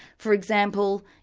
for example,